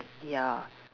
ya